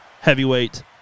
Heavyweight